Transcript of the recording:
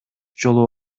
жолу